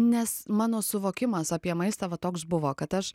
nes mano suvokimas apie maistą va toks buvo kad aš